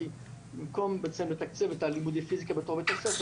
כי במקום בעצם לתקצב את הלימודי פיזיקה בתוך בית הספר,